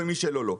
ומי שלא לא.